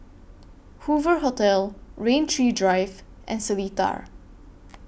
Hoover Hotel Rain Tree Drive and Seletar